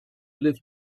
lift